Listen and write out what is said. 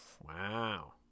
Wow